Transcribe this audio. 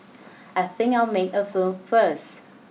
I think I'll make a move first